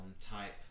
type